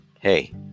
hey